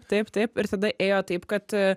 taip taip ir tada ėjo taip kad